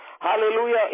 Hallelujah